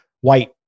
white